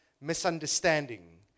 misunderstanding